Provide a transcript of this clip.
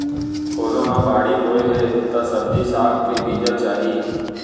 कोनो ह बाड़ी बोए हे त सब्जी साग के बीजा चाही